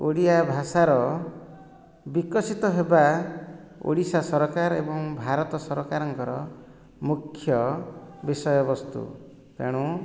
ଓଡିଆ ଭାଷାର ବିକଶିତ ହେବା ଓଡ଼ିଶା ସରକାର ଏବଂ ଭାରତ ସରକାରଙ୍କର ମୁଖ୍ୟ ବିଷୟବସ୍ତୁ ତେଣୁ